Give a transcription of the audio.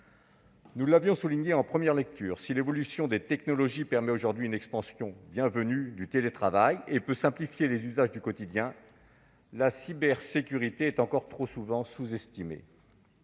Nous l'avions souligné lors de la première lecture : si l'évolution des technologies permet aujourd'hui une expansion du télétravail et peut simplifier les usages du quotidien, la cybersécurité est encore trop souvent sous-estimée.